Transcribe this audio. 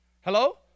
Hello